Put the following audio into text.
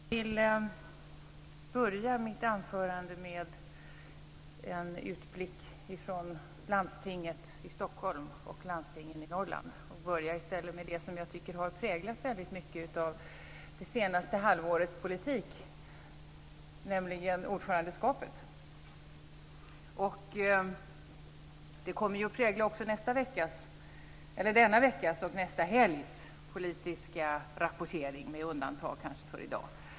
Fru talman! I stället för att inleda mitt anförande med en utblick från landstinget i Stockholm och landstingen i Norrland börjar jag med det som jag tycker har präglat väldigt mycket av det senaste halvårets politik, nämligen ordförandeskapet. Det kommer att prägla också denna vecka och nästa helgs politiska rapportering, kanske med undantag för i dag.